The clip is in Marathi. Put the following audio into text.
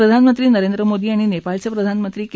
प्रधानमंत्री नरेंद्र मोदी आणि नप्राळच प्रिधानमंत्री क्र